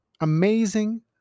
Amazing